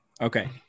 Okay